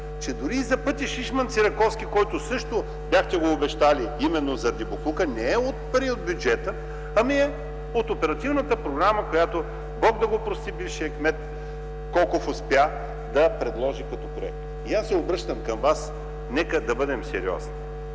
Че дори и за пътя Шишманци-Раковски, който също бяхте обещали именно заради боклука, не е от пари от бюджета, а от оперативната програма, която – Бог да прости – бившият кмет Коков, успя да предложи като проект. И аз се обръщам към Вас – нека да бъдем сериозни.